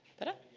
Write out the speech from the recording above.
but